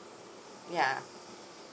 yeah